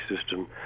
system